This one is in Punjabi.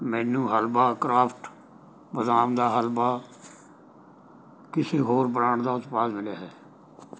ਮੈਨੂੰ ਹਲਵਾ ਕਰਾਫਟ ਬਦਾਮ ਦਾ ਹਲਵਾ ਕਿਸੇ ਹੋਰ ਬ੍ਰਾਂਡ ਦਾ ਉਤਪਾਦ ਮਿਲਿਆ ਹੈ